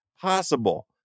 possible